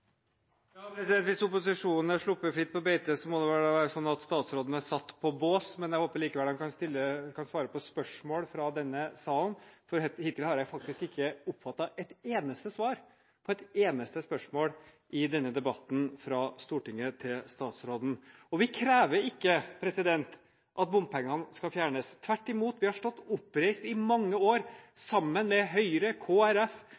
Hvis opposisjonen er sluppet fri på beite, må det vel være sånn at statsråden er satt på bås. Jeg håper likevel han kan svare på spørsmål fra denne salen, for hittil har jeg faktisk ikke oppfattet at vi har fått et eneste svar på et eneste spørsmål fra Stortinget til statsråden i denne debatten. Vi krever ikke at bompengene skal fjernes. Tvert imot har vi stått oppreist i mange